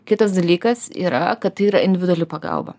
kitas dalykas yra kad tai yra individuali pagalba